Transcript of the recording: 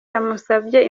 yamusabye